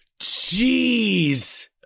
Jeez